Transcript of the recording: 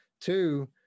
Two